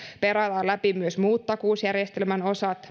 myös muut takausjärjestelmän osat